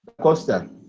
Costa